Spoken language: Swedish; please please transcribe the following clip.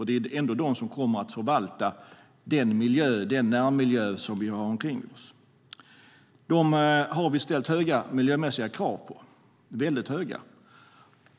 Det är ändå de som kommer att förvalta den närmiljö vi har omkring oss. Vi har ställt väldigt höga miljömässiga krav på dem.